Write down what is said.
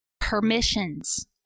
permissions